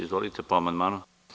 Izvolite, po amandmanu.